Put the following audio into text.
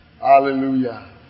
Hallelujah